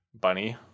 Bunny